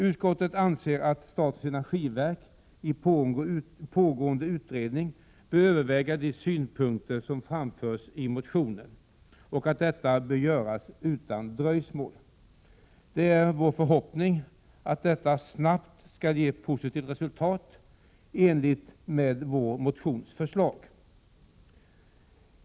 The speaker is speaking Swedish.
Utskottet anser att statens energiverk i pågående utredning bör överväga de synpunkter som framförs i motionen och att detta bör göras utan dröjsmål. Det är vår förhoppning att detta snabbt skall ge ett positivt resultat enligt förslaget i vår motion.